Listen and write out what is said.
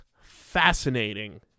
fascinating